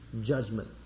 judgment